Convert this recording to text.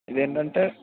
ఇదేంటంటే